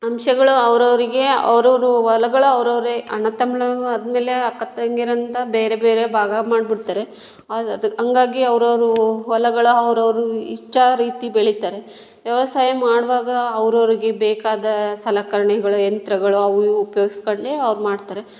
ಅಂಶಗಳು ಅವ್ರ ಅವರಿಗೆ ಅವ್ರವ್ರ ಹೊಲಗಳ ಅವ್ರು ಅವರೇ ಅಣ್ಣ ತಮ್ಮನೂ ಆದಮೇಲೆ ಅಕ್ಕ ತಂಗೀರು ಅಂತ ಬೇರೆ ಬೇರೆ ಭಾಗ ಮಾಡ್ಬಿಡ್ತಾರೆ ಅದು ಹಂಗಾಗಿ ಅವ್ರ ಅವ್ರ ಹೊಲಗಳು ಅವ್ರ ಅವ್ರ ಇಚ್ಛೆ ರೀತಿ ಬೆಳೀತಾರೆ ವ್ಯವಸಾಯ ಮಾಡುವಾಗ ಅವ್ರ ಅವರಿಗೆ ಬೇಕಾದ ಸಲಕರಣೆಗಳು ಯಂತ್ರಗಳು ಅವು ಇವು ಉಪ್ಯೋಗಿಸ್ಕೊಂಡೇ ಅವ್ರು ಮಾಡ್ತಾರೆ